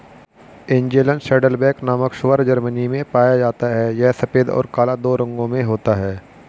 Angeln saddleback नामक सूअर Germany में पाया जाता है यह सफेद और काला दो रंगों में होता है